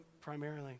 primarily